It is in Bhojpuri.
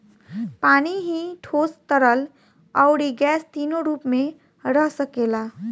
पानी ही ठोस, तरल, अउरी गैस तीनो रूप में रह सकेला